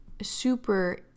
super